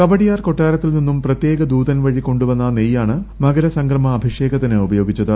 കവടിയാർ കൊട്ടാരത്തിൽ നിന്നും പ്രത്യേക ദൂതൻ വഴി കൊണ്ടു വന്ന നെയ്യാണ് മകര സംക്രമ അഭിഷേകത്തിന് ഉപയോഗിച്ചത്